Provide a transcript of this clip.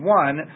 one